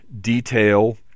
detail